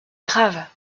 grave